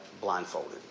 blindfolded